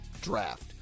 Draft